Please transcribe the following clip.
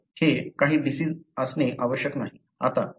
तर हे काही डिसिज असणे आवश्यक नाही